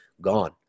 gone